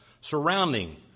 surrounding